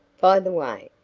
by the way,